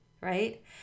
right